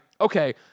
okay